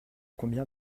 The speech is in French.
combien